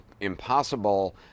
impossible